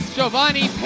Giovanni